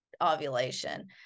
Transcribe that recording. ovulation